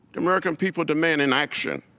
american people demand an action.